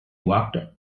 walked